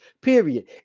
period